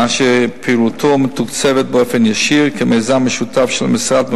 אשר פעילותו מתוקצבת באופן ישיר כמיזם משותף של המשרד,